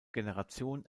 generation